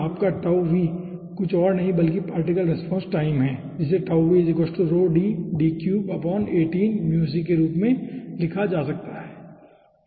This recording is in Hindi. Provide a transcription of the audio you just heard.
तो आपका जो कुछ और नहीं बल्कि पार्टिकल रेस्पॉन्स टाइम है जिसे के रूप में लिखा जा सकता है ठीक है